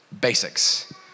basics